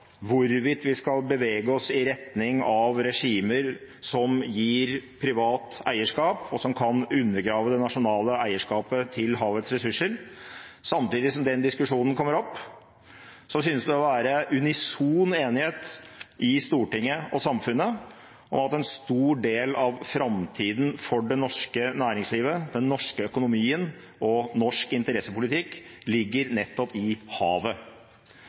hvorvidt vi skal bevege oss i retning av regimer som gir privat eierskap, og som kan undergrave det nasjonale eierskapet til havets ressurser, synes det å være unison enighet i Stortinget og i samfunnet om at en stor del av framtiden for det norske næringslivet, den norske økonomien og norsk interessepolitikk ligger nettopp i havet.